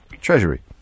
Treasury